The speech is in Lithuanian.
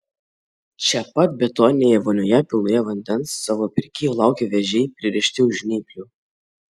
čia pat betoninėje vonioje pilnoje vandens savo pirkėjo laukia vėžiai pririšti už žnyplių